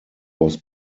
was